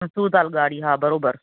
मसूर दाल ॻाढ़ी हा बराबरि